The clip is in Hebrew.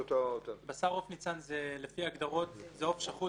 "בשר עוף" לפי ההגדרות זה "עוף שחוט